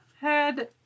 head